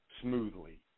smoothly